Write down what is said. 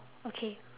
okay